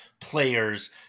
players